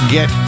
Get